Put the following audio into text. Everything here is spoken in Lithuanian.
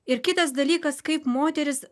ir kitas dalykas kaip moteris